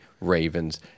ravens